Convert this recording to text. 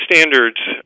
standards